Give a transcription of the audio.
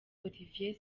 olivier